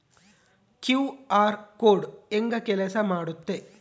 QR code ಹೆಂಗ ಕೆಲಸ ಮಾಡುತ್ತೆ?